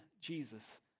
Jesus